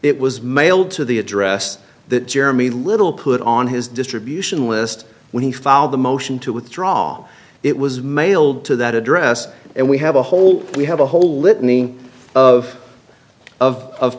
it was mailed to the address that jeremy little put on his distribution list when he filed the motion to withdraw it was mailed to that address and we have a whole we have a whole